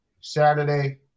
Saturday